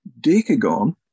decagon